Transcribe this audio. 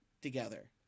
together